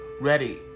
ready